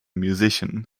musician